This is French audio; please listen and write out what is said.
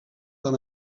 dans